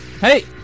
Hey